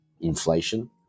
inflation